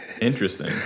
Interesting